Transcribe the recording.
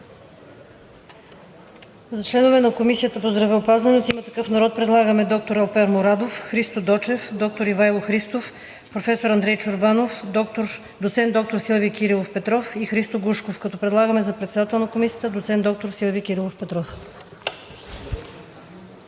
За членове на Комисията по здравеопазването от „Има такъв народ“ предлагаме доктор Алпер Мурадов, Христо Дочев, доктор Ивайло Христов, професор Андрей Чорбанов, доцент доктор Силви Кирилов Петров и Христо Глушков, като предлагаме за председател на Комисията доцент доктор Силви Кирилов Петров.